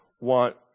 want